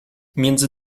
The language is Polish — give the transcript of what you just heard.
między